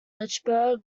lynchburg